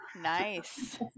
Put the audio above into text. Nice